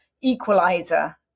equalizer